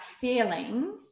feeling